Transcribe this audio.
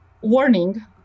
warning